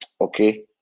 Okay